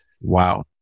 Wow